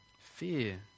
Fear